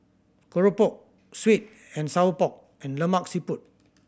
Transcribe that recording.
keropok sweet and sour pork and Lemak Siput